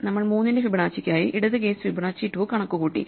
നമ്മൾ 3 ന്റെ ഫിബൊനാച്ചിക്കായി ഇടത് കേസ് ഫിബൊനാച്ചി 2 കണക്കുകൂട്ടി